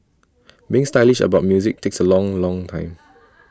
being stylish about music takes A long long time